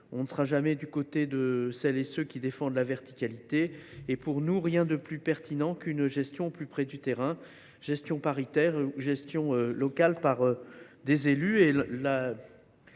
ne seront jamais du côté de ceux qui défendent la verticalité. Rien de plus pertinent qu’une gestion au plus près du terrain, gestion paritaire ou gestion locale par des élus.